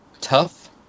tough